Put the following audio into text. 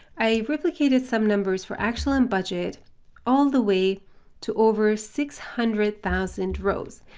i replicated some numbers for actual and budget all the way to over six hundred thousand rows,